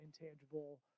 intangible